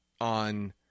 on